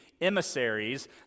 emissaries